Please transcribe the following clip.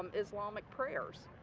islamic prayers